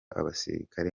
abasirikare